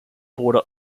border